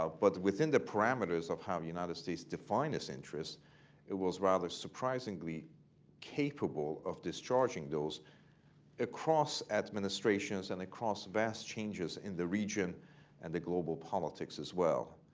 but within the parameters of how united states defined its interests it was rather surprisingly capable of discharging those across administrations and across vast changes in the region and the global politics as well.